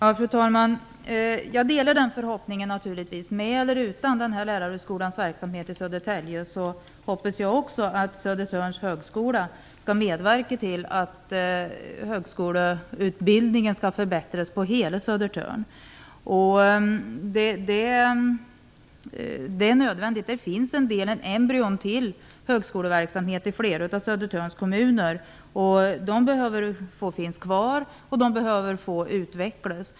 Fru talman! Jag delar naturligtvis den förhoppningen. Med eller utan Lärarhögskolans verksamhet i Södertälje hoppas jag att Södertörns högskola skall medverka till att högskoleutbildningen skall förbättras på hela Södertörn. Det är nödvändigt. Det finns en del embryon till högskoleverksamhet i flera av Södertörns kommuner. De behöver finnas kvar och utvecklas.